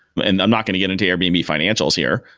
and i'm not going to get into airbnb financials here,